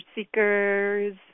seekers